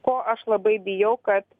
ko aš labai bijau kad